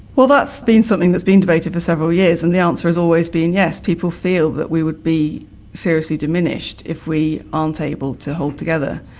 well that's been something that's been debated for several years and the answer has always been yes. people feel that we would be seriously diminished if we aren't able to hold together.